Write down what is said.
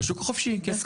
בשוק החופשי, כן.